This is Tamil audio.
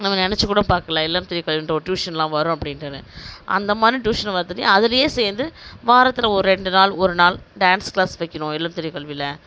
நம்ம நினைச்சுக்கூட பார்க்கல இல்லம் தேடி கல்வின்ற ஒரு டியூஷன் எல்லாம் வரும் அப்படின்ட்டுன்னு அந்த மாதிரி டியூஷன் அதுலையே சேர்ந்து வாரத்தில் ஓர் ரெண்டு நாள் ஒரு நாள் டான்ஸ் கிளாஸ் வைக்கிணும் இல்லம் தேடி கல்வியில